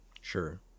Sure